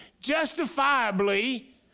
justifiably